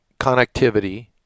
connectivity